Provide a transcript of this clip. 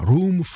Room